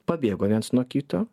pabėgo viens nuo kito